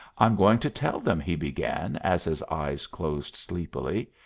i'm going to tell them, he began, as his eyes closed sleepily,